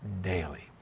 daily